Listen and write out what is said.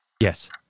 Yes